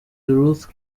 ruth